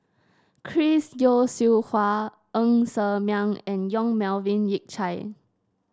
Chris Yeo Siew Hua Ng Ser Miang and Yong Melvin Yik Chye